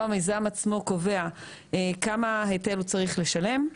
המיזם עצמו קובע כמה היטל הוא צריך לשלם,